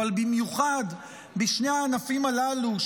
אבל במיוחד בשני הענפים הללו,